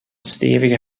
stevige